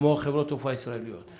כמו חברות התעופה הישראליות.